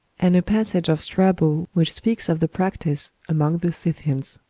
and a passage of strabo, which speaks of the practice among the scythians.